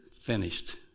finished